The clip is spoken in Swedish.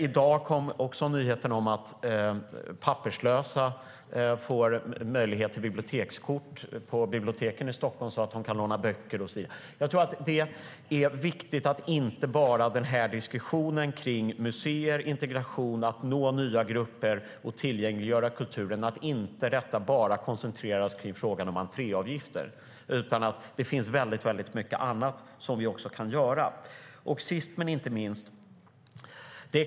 I dag kom nyheten om möjligheten för papperslösa att få bibliotekskort på biblioteken i Stockholm, så att de kan låna böcker och så vidare. Jag tror att det är viktigt att diskussionen kring museer, integration, att nå nya grupper och tillgängliggöra kulturen inte bara koncentreras till frågan om entréavgifter. Det finns väldigt mycket annat som vi också kan göra.